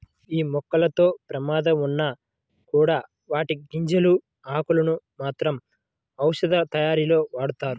యీ మొక్కలతో ప్రమాదం ఉన్నా కూడా వాటి గింజలు, ఆకులను మాత్రం ఔషధాలతయారీలో వాడతారు